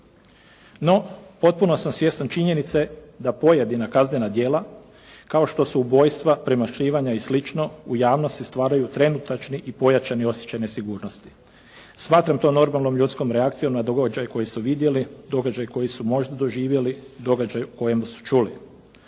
No, potpuno sam svjestan činjenice da pojedina kaznena djela kao što su ubojstva, premlaćivanja i sl. u javnosti stvaraju trenutačni i pojačani osjećaj nesigurnosti. Smatram to normalnom ljudskom reakcijom na događaje koje su vidjeli, događaje koje su možda doživjeli, događaj o kojem su čuli.